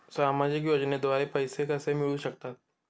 सामाजिक योजनेद्वारे पैसे कसे मिळू शकतात?